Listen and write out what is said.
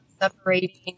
separating